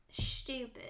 stupid